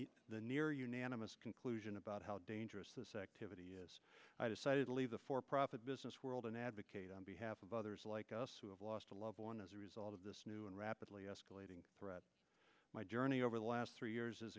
then the near unanimous conclusion about how dangerous this activity is i decided to leave the for profit business world and advocate on behalf of others like us who have lost a loved one as a result of this new and rapidly escalating threat my journey over the last three years